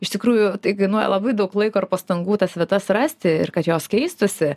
iš tikrųjų tai kainuoja labai daug laiko ir pastangų tas vietas rasti ir kad jos keistųsi